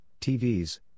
TVs